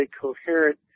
coherent